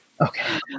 Okay